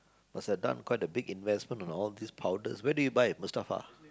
must have done quite a big investment on all these powders where do buy Mustafa